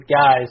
guys